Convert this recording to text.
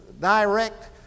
direct